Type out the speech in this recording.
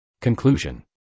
Conclusion